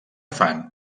fan